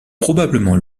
probablement